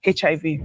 HIV